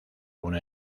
una